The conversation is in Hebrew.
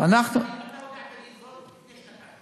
אתה הודעת לי זאת לפני שנתיים.